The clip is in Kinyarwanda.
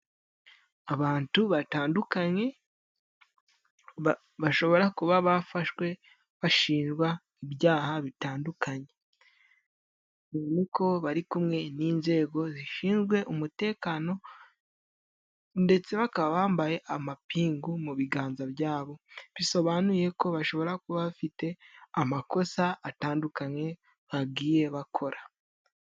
Abantu batandukanye bashobora kuba bafashwe bashinjwa ibyaha bitandukanye, uko bari kumwe n'inzego zishinzwe umutekano, ndetse bakaba bambaye amapingu mu biganza byabo; bisobanuye ko bashobora kuba bafite amakosa atandukanye bagiye bakora.